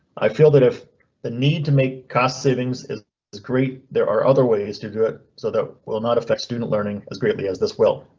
i feel that if the need to make cost savings is great, there are other ways to do it, so that will not affect student learning as greatly as this. well,